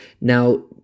Now